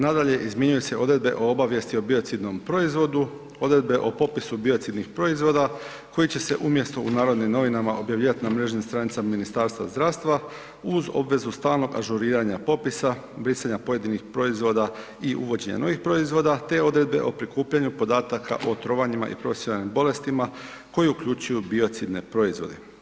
Nadalje, izmjenjuju se odredbe o obavijesti o biocidnom proizvodu, odredbe o popisu biocidnih proizvoda koji će se umjesto u Narodnim novinama objavljivati na mrežnim stranicama Ministarstva zdravstva uz obvezu stalnog ažuriranja popisa, brisanja pojedinih proizvoda i uvođenja novih proizvoda te odredbe o prikupljanju podataka o trovanjima i profesionalnim bolestima koji uključuju biocidne proizvode.